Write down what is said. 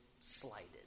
slighted